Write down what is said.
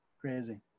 crazy